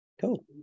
cool